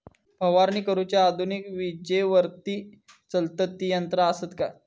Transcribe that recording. फवारणी करुची आधुनिक विजेवरती चलतत ती यंत्रा आसत काय?